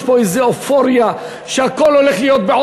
יש פה איזו אופוריה שהכול הולך להיות,